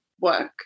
work